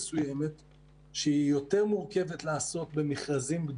אני לא אכנס לפרטים.